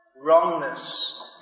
wrongness